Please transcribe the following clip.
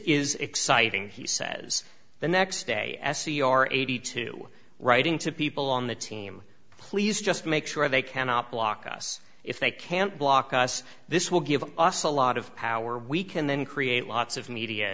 is exciting he says the next day s c r eighty two writing to people on the team please just make sure they cannot block us if they can't block us this will give us a lot of power we can then create lots of media